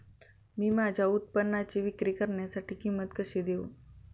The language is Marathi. मी माझ्या उत्पादनाची विक्री करण्यासाठी किंमत कशी देऊ?